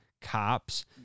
cops